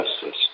justice